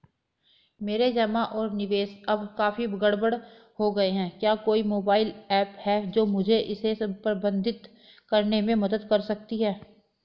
मेरे जमा और निवेश अब काफी गड़बड़ हो गए हैं क्या कोई मोबाइल ऐप है जो मुझे इसे प्रबंधित करने में मदद कर सकती है?